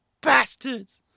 bastards